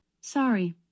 Sorry